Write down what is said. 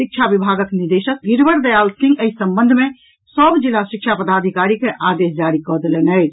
शिक्षा विभागक निदेशक गिरिवर दयाल सिंह एहि संबंध मे सभ जिला शिक्षा पदाधिकारी के आदेश जारी कऽ देलनि अछि